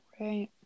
Right